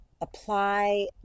apply